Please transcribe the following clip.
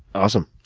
awesome.